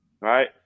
right